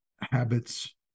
habits